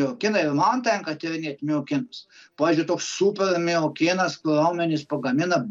miokinai ir man tenka tyrinėt miokinus pavyzdžiui toks super miokinas kur raumenys pagamina